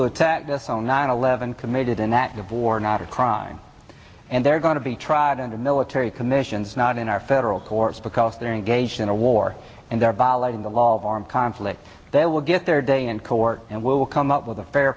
who attacked us on nine eleven committed an act of war not a crime and they're going to be tried in a military commissions not in our federal courts because they're engaged in a war and they are violating the law of armed conflict they will get their day in court and will come up with a fair